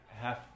half